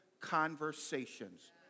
conversations